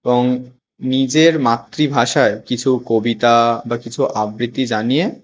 এবং নিজের মাতৃভাষায় কিছু কবিতা বা কিছু আবৃত্তি জানিয়ে